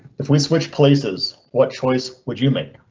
if we switch places, what choice would you make?